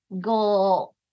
go